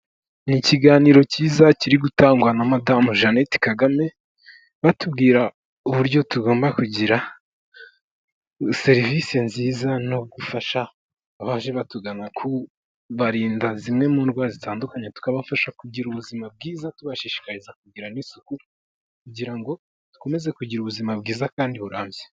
Ni ikiganiro cyiza kiri gutangwa na madamu Jeannette Kagame, batubwira uburyo tugomba kugira serivisi nziza no gufasha abaje batugana kubarinda zimwe mu ndwara zitandukanye, tubafasha kugira ubuzima bwiza tubashishikariza kugira n'isuku kugira ngo dukomeze kugira ubuzima bwiza kandi burambye.